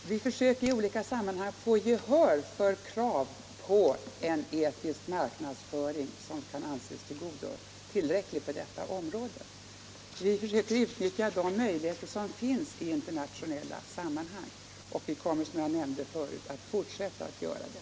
Herr talman! Vi försöker i olika sammanhang få gehör för de etiska krav på marknadsföringen som kan anses tillräckliga på detta område. Vi försöker utnyttja de möjligheter som finns i internationella sammanhang, och vi kommer som jag nämnde förut att fortsätta att göra det.